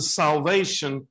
salvation